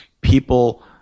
People